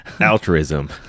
Altruism